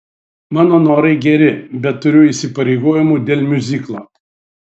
mano norai geri bet turiu įsipareigojimų dėl miuziklo